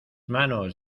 manos